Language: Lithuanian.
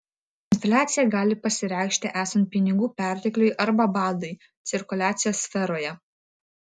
infliacija gali pasireikšti esant pinigų pertekliui arba badui cirkuliacijos sferoje